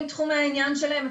עם תחומי העניין שלהם,